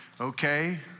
Okay